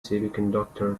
semiconductor